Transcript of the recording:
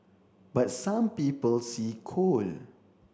but some people see coal